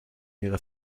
ihrer